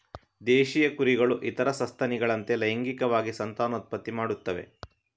ದೇಶೀಯ ಕುರಿಗಳು ಇತರ ಸಸ್ತನಿಗಳಂತೆ ಲೈಂಗಿಕವಾಗಿ ಸಂತಾನೋತ್ಪತ್ತಿ ಮಾಡುತ್ತವೆ